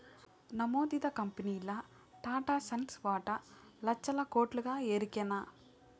నమోదిత కంపెనీల్ల టాటాసన్స్ వాటా లచ్చల కోట్లుగా ఎరికనా